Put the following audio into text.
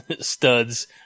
studs